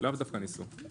לאו דווקא ניסו.